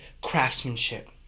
craftsmanship